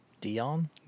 Dion